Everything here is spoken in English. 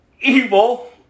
evil